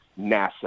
NASA